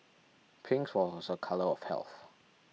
pink was a colour of health